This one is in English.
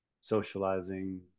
socializing